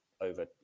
over